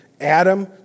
Adam